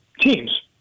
teams